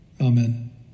Amen